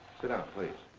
sit down, please.